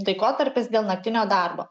laikotarpis dėl naktinio darbo